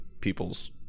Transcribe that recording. people's